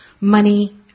money